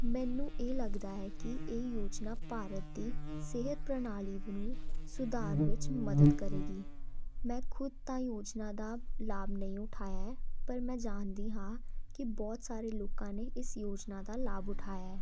ਮੈਨੂੰ ਇਹ ਲੱਗਦਾ ਹੈ ਕਿ ਇਹ ਯੋਜਨਾ ਭਾਰਤ ਦੀ ਸਿਹਤ ਪ੍ਰਣਾਲੀ ਨੂੰ ਸੁਧਾਰ ਵਿੱਚ ਮਦਦ ਕਰੇਗੀ ਮੈਂ ਖੁਦ ਤਾਂ ਯੋਜਨਾ ਦਾ ਲਾਭ ਨਹੀਂ ਉਠਾਇਆ ਪਰ ਮੈਂ ਜਾਣਦੀ ਹਾਂ ਕਿ ਬਹੁਤ ਸਾਰੇ ਲੋਕਾਂ ਨੇ ਇਸ ਯੋਜਨਾ ਦਾ ਲਾਭ ਉਠਾਇਆ